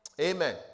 Amen